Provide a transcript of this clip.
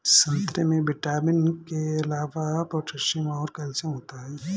संतरे में विटामिन के अलावा पोटैशियम और कैल्शियम होता है